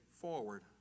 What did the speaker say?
forward